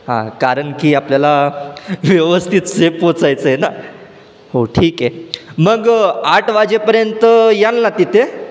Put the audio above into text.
हां कारण की आपल्याला व्यवस्थित सेफ पोचायचं आहे ना हो ठीक आहे मग आठ वाजेपर्यंत याल ना तिथे